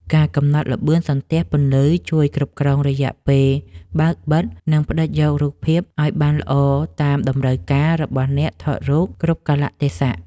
ការកំណត់ល្បឿនសន្ទះពន្លឺជួយគ្រប់គ្រងរយៈពេលបើកបិទ និង ផ្ដិតយករូបភាពឱ្យបានច្បាស់ល្អតាមតម្រូវការរបស់អ្នកថតរូបគ្រប់កាលៈទេសៈ។